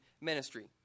ministry